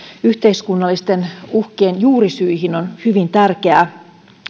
yhteiskunnallisten uhkien juurisyihin on hyvin tärkeää